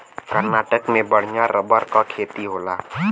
कर्नाटक में बढ़िया रबर क खेती होला